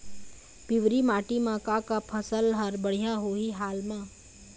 पिवरी माटी म का का फसल हर बढ़िया होही हाल मा?